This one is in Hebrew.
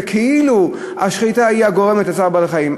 וכאילו השחיטה היא הגורמת לצער בעלי-חיים.